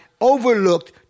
overlooked